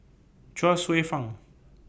Chuang Hsueh Fang